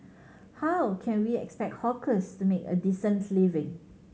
how can we expect hawkers to make a decent living